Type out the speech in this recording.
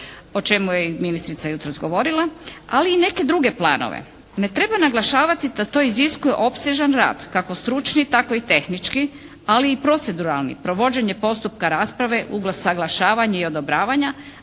o čemu je i ministrica jutros govorila, ali i neke druge planove. Ne treba naglašavati da to iziskuje opsežan rad, kako stručni tako i tehnički ali i proceduralni, provođenje postupka rasprave, usaglašavanje i odobravanja